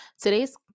today's